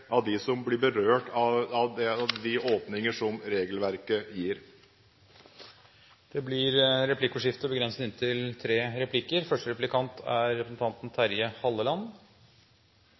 av dem som blir berørt av de åpninger som regelverket gir. Det blir replikkordskifte. Tillit er